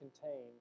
contained